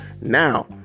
Now